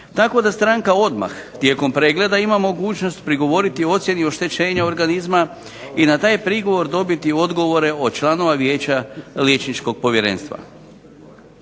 tako da stranka odmah tijekom pregleda ima mogućnost prigovoriti ocjeni oštećenja organizma i na taj prigovor dobiti odgovore od članova Vijeća Liječničkog povjerenstva.